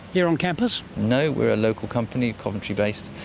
here on campus? no, we are a local company, coventry based,